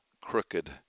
crooked